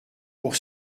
pour